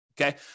okay